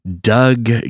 Doug